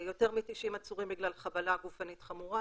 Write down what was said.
יותר מ-90 עצורים בגלל חבלה גופנית חמורה,